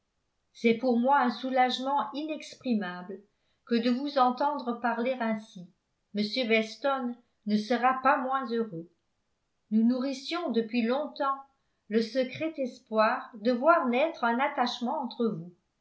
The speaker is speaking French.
c'est pour moi un soulagement inexprimable que de vous entendre parler ainsi m weston ne sera pas moins heureux nous nourrissions depuis longtemps le secret espoir de voir naître un attachement entre vous